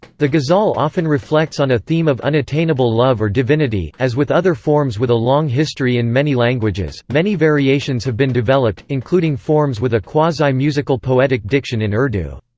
the ghazal often reflects on a theme of unattainable love or divinity as with other forms with a long history in many languages, many variations have been developed, including forms with a quasi-musical poetic diction in urdu.